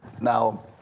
Now